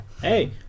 Hey